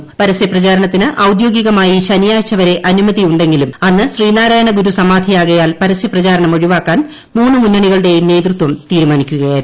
പ്രവർത്യ പ്രചാരണത്തിന് ഔദ്യോഗികമായി ശനിയാഴ്ചവരെ ആന്ുമതിയുണ്ടെങ്കിലും അന്ന് ശ്രീനാരായണഗുരു സമാധിയാകയുള്ൽ പ്രസ്യ പ്രചാരണം ഒഴിവാക്കാൻ മൂന്നു മുന്നണികളുടെയും നേതൃത്പം തീരുമാനിക്കുകയായിരുന്നു